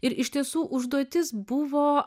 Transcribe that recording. ir iš tiesų užduotis buvo